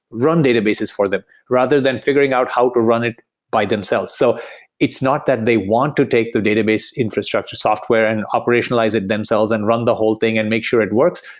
run databases for them, rather than figuring out how to run it by themselves. so it's not that they want to take the database infrastructure software and operationalize it themselves and run the whole thing and make sure it works.